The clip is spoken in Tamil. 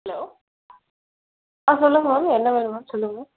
ஹலோ ஆ சொல்லுங்கள் மேம் என்ன வேணும் மேம் சொல்லுங்கள்